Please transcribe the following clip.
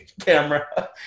camera